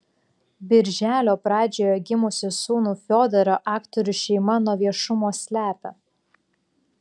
birželio pradžioje gimusį sūnų fiodorą aktorių šeima nuo viešumo slepia